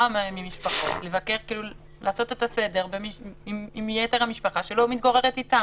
ממשפחות לעשות את הסדר עם יתר המשפחה שלא מתגוררת אתם,